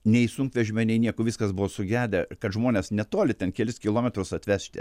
nei sunkvežimio nei nieko viskas buvo sugedę kad žmonės netoli ten kelis kilometrus atvežti